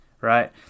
right